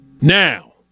Now